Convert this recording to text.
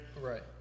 Right